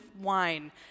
wine